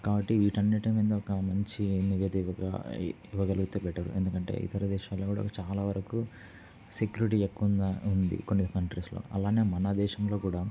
కాబట్టి వీటన్నిటి మీద ఒక మంచి నివేదిక ఇవ్వగలిగితే బెట్టరు ఎందుకంటే ఇతర దేశల్లో కూడా చాలా వరకు సెక్యూరిటీ ఎక్కువుంది ఉంది కొన్ని కంట్రీస్లో అలానే మన దేశంలో కూడా